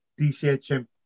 DCHM